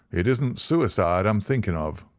it isn't suicide i am thinking of.